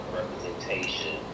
representation